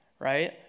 right